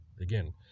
Again